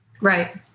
Right